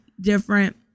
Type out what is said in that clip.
different